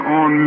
on